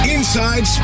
Inside